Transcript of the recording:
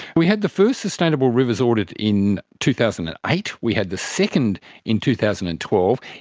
we had the first sustainable rivers audit in two thousand and eight. we had the second in two thousand and twelve.